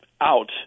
out